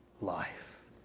life